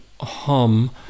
hum